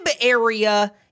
area